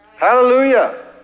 Hallelujah